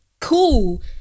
cool